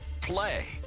PLAY